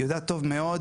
היא יודעת טוב מאוד,